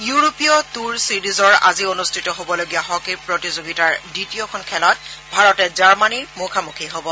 ইউৰোপীয় টুৰ ছিৰিজৰ আজি অনুষ্ঠিত হবলগীয়া হকী প্ৰতিযোগিতাৰ দ্বিতীয়খন খেলত ভাৰতে জাৰ্মনীৰ মুখামুখি হ'ব